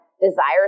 desires